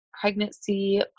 pregnancy